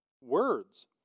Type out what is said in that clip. words